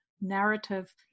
narrative